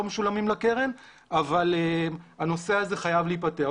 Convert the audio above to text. משולמים לקרן אבל הנושא הזה חייב להיפתר.